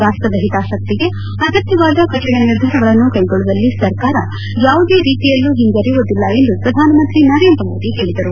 ರಾಷ್ಟದ ಹಿತಾಸಕ್ತಿಗೆ ಅಗತ್ಯವಾದ ಕಠಿಣ ನಿರ್ಧಾರಗಳನ್ನು ಕ್ಷೆಗೊಳ್ಳುವಲ್ಲಿ ಸರ್ಕಾರ ಯಾವುದೇ ರೀತಿಯಲ್ಲೂ ಹಿಂಜರಿಯುವುದಿಲ್ಲ ಎಂದು ಪ್ರಧಾನಮಂತ್ರಿ ನರೇಂದ್ರ ಮೋದಿ ಹೇಳಿದರು